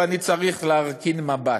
ואני צריך להרכין מבט,